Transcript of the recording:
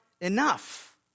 enough